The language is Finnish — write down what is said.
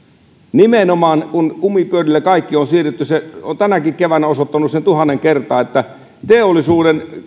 nimenomaan kun kumipyörille kaikki on siirretty se on tänäkin keväänä osoittanut sen tuhannen kertaa että